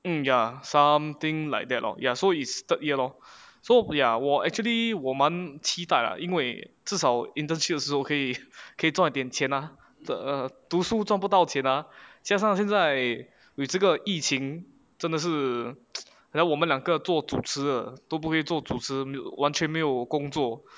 mm ya something like that lor ya so is third year lor so ya 我 actually 我蛮期待 lah 因为至少 internship 的时候可以赚点钱 ah err 读书赚不到钱啊加上现在 with 这个疫情真的是 可能我们两个做主持的都不可以做主持完全没有工作